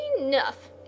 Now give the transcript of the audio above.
enough